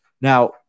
Now